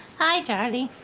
hi charlie.